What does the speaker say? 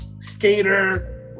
skater